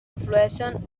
influeixen